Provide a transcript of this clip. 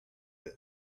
this